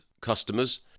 customers